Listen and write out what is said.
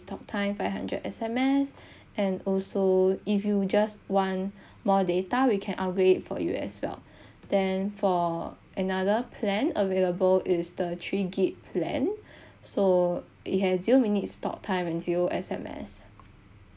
talk time five hundred S_M_S and also if you just want more data we can upgrade for you as well then for another plan available is thirty three G_B plan so it has zero minutes talk time and zero S_M_S